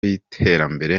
y’iterambere